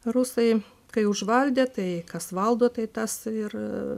rusai kai užvaldė tai kas valdo tai tas ir